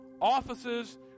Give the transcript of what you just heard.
Offices